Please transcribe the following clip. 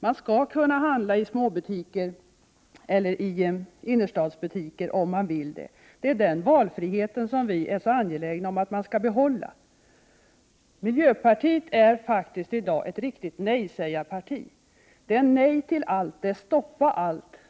Man skall kunna handla i småbutiker eller i innerstadsbutiker om man vill. Det är den valfriheten som vi är så angelägna om att man skall kunna behålla. Miljöpartiet är ju faktiskt i dag ett riktigt nejsägarparti. Det är nej till allt, och allt skall stoppas.